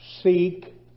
seek